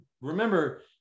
remember